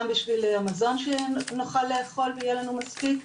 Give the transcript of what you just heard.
בשביל המזון שנוכל לאכול ויהיה לנו מספיק,